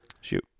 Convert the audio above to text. shoot